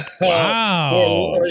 Wow